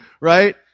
right